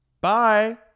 bye